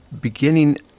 beginning